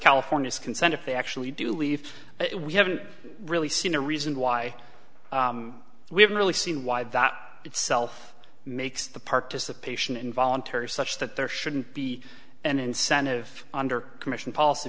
california's consent if they actually do leave it we haven't really seen a reason why we haven't really seen why that itself makes the participation involuntary such that there shouldn't be an incentive under commission policy